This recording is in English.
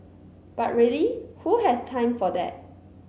but really who has time for that